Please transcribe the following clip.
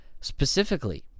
Specifically